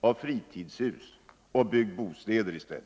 av fritidshus och bygg bostäder i stället!